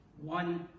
One